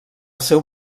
seu